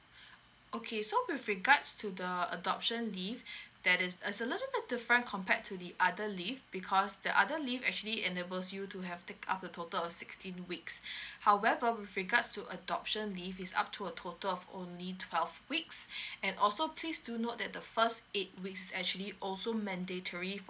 okay so with regards to the adoption leave there's is a little bit different compared to the other leave because the other leave actually enables you to have take up a total of sixteen weeks however with regards to adoption leave is up to a total of only twelve weeks and also please do note that the first eight weeks actually also mandatory